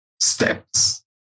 steps